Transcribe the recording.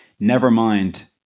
Nevermind